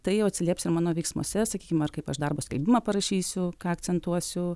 tai jau atsilieps ir mano veiksmuose sakykim ar kaip aš darbo skelbimą parašysiu ką akcentuosiu